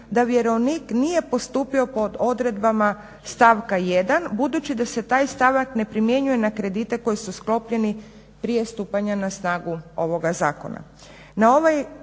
da vjerovnik nije postupio po odredbama stavka 1. budući da se taj stavak ne primjenjuje na kredite koji su sklopljeni prije stupanja na snagu ovoga zakona.